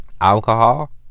alcohol